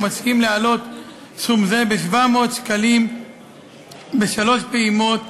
והוא מסכים להעלות סכום זה ב-700 שקלים בשלוש פעימות,